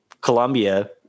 colombia